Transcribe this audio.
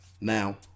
now